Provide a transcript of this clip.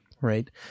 right